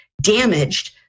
damaged